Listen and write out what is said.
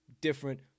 different